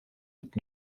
mit